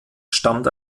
stammt